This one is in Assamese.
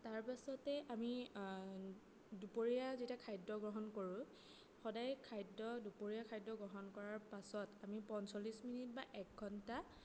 তাৰপাছতেই আমি দুপৰীয়া যেতিয়া খাদ্য গ্ৰহণ কৰোঁ সদায় খাদ্য দুপৰীয়াৰ খাদ্য গ্ৰহণ কৰাৰ পাছত আমি পঞ্চলিশ মিনিট বা এক ঘণ্টা